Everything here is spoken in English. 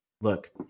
look